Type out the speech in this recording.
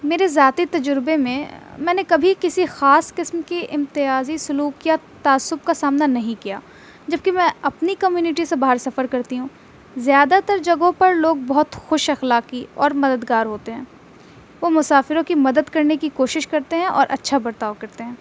میرے ذاتی تجربے میں میں نے کبھی کسی خاص قسم کی امتیازی سلوک یا تعصب کا سامنا نہیں کیا جبکہ میں اپنی کمیونٹی سے باہر سفر کرتی ہوں زیادہ تر جگہوں پر لوگ بہت خوش اخلاقی اور مددگار ہوتے ہیں وہ مسافروں کی مدد کرنے کی کوشش کرتے ہیں اور اچھا برتاؤ کرتے ہیں